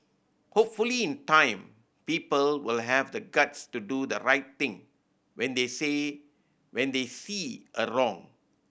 hopefully in time people will have the guts to do the right thing when they when they see a wrong